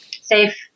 safe